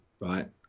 right